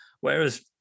whereas